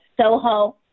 Soho